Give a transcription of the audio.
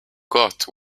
got